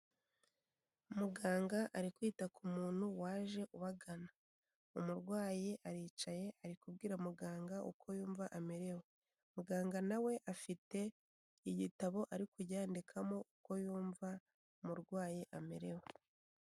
Muganga ari kwita ku muntu waje ubagana. Umurwayi aricaye ari kubwira muganga uko yumva amerewe. Muganga na we afite igitabo ari kujya yandikamo uko yumva umurwayi amerewe.